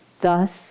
Thus